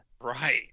Right